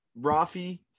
Rafi